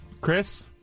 Chris